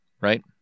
right